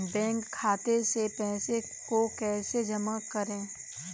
Bank खाते से पैसे को कैसे जमा करें?